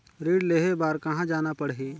ऋण लेहे बार कहा जाना पड़ही?